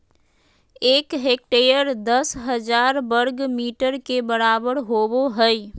एक हेक्टेयर दस हजार वर्ग मीटर के बराबर होबो हइ